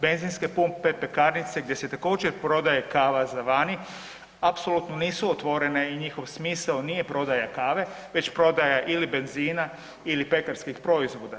Benzinske pumpe, pekarnice, gdje se također, prodaje kava za vani apsolutno nisu otvorene i njihov smisao nije prodaja kave, već prodaja ili benzina ili pekarskih proizvoda.